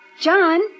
John